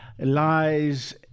lies